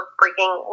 freaking